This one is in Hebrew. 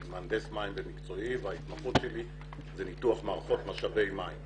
אני מהנדס מים במקצועי וההתמחות שלי היא ניתוח מערכות משאבי מים.